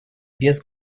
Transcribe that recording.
без